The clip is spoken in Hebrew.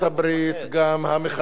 גם המחאה החברתית,